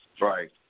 Right